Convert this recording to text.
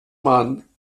waren